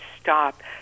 stop